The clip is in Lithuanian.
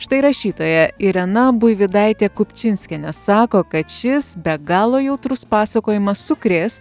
štai rašytoja irena buivydaitė kupčinskienė sako kad šis be galo jautrus pasakojimas sukrės